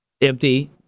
empty